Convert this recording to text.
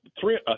three